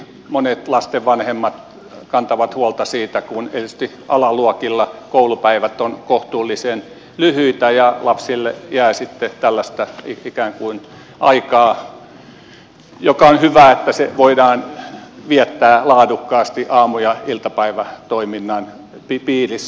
erityisesti monet lasten vanhemmat kantavat huolta siitä kun erityisesti alaluokilla koulupäivät ovat kohtuullisen lyhyitä ja lapsille jää sitten tällaista aikaa ja on hyvä että se voidaan viettää laadukkaasti aamu ja iltapäivätoiminnan piirissä